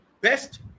best